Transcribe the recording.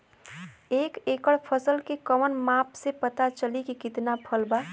एक एकड़ फसल के कवन माप से पता चली की कितना फल बा?